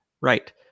Right